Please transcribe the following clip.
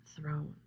throne